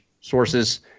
sources